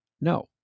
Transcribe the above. no